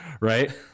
right